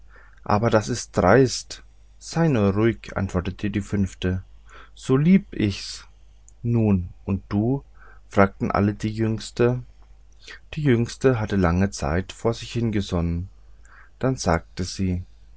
aber das ist dreist seid nur ruhig antwortete die fünfte so lieb ich's nun und du fragten alle die jüngste die jüngste hatte lange zeit vor sich hingesonnen dann sagte sie